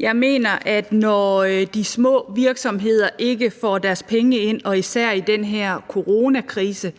Jeg mener, at når de små virksomheder ikke får deres penge ind, især under den her coronakrise,